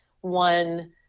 one